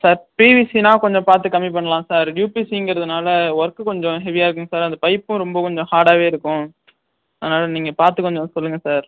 sir பிவிசின்னா கொஞ்சம் பார்த்து கம்மி பண்ணலாம் சார் யூபிசிங்கிறதுனால ஒர்க்கு கொஞ்சம் ஹெவியாக இருக்குங்க சார் அந்த பைப்பும் ரொம்ப கொஞ்சம் ஹார்டாகவே இருக்கும் அதனால் நீங்கள் பார்த்து கொஞ்சம் சொல்லுங்கள் சார்